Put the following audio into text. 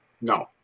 No